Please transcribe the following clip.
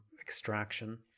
extraction